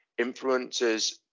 influencers